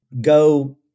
go